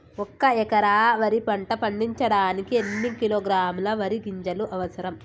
ఒక్క ఎకరా వరి పంట పండించడానికి ఎన్ని కిలోగ్రాముల వరి గింజలు అవసరం?